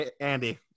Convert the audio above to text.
Andy